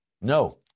No